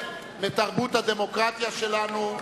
מתרבות הדמוקרטיה שלנו,